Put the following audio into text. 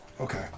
Okay